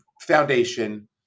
foundation